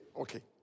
Okay